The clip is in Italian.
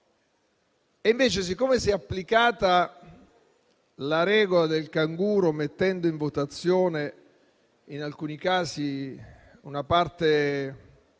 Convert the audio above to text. Invece, siccome si è applicata la regola del canguro, mettendo in votazione in alcuni casi una parte